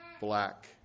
black